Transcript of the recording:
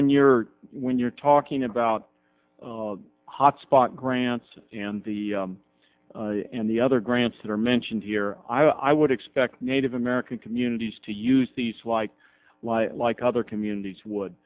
when you're when you're talking about hotspot grants and the and the other grants that are mentioned here i would expect native american communities to use these white lie like other communities would